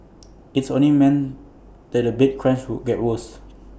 IT only man that the bed crunch would get worse